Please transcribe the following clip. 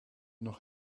nog